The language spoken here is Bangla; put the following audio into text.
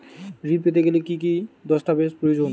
ঋণ পেতে গেলে কি কি দস্তাবেজ প্রয়োজন?